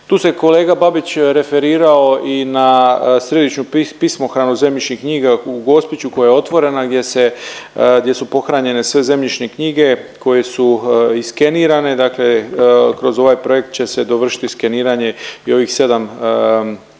Tu se kolega Babić referirao i na središnju pismohranu zemljišnih knjiga u Gospiću koja je otvorena gdje se, gdje su pohranjene sve zemljišne knjige koje su i skenirane dakle kroz ovaj projekt će se dovršiti i skeniranje i ovih 7 knjiga